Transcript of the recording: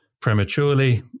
prematurely